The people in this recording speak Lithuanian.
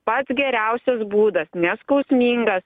pats geriausias būdas neskausmingas